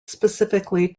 specifically